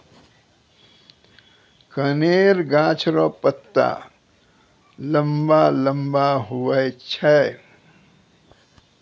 कनेर गाछ रो पत्ता लम्बा लम्बा हुवै छै